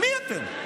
מי אתם?